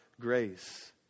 grace